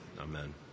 Amen